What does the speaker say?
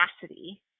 capacity